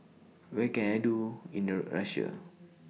What Can I Do in The Russia